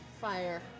fire